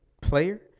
player